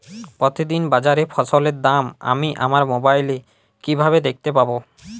প্রতিদিন বাজারে ফসলের দাম আমি আমার মোবাইলে কিভাবে দেখতে পাব?